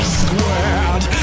squared